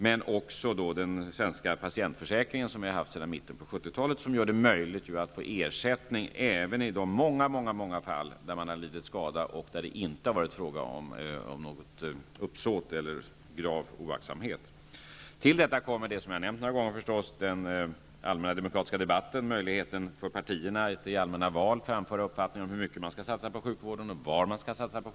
Det gäller också den patientförsäkring som vi har haft sedan mitten av 1970-talet, som gör det möjligt att få ersättning i de många fall där personer lidit skada och det inte varit fråga om något uppsåt eller grov oaktsamhet. Till detta kommer det som jag har nämnt några gånger, nämligen den allmänna demokratiska debatten, möjligheten för partierna att vid allmänna val framföra uppfattningar om hur mycket man skall satsa på sjukvården och var man skall göra det.